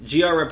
GR